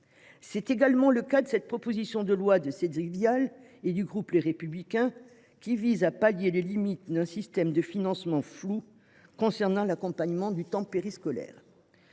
nous faisons avec cette proposition de loi de Cédric Vial et du groupe Les Républicains, qui vise à pallier les incertitudes d’un système de financement flou concernant l’accompagnement durant le temps périscolaire.